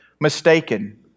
mistaken